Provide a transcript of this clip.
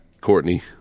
courtney